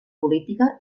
política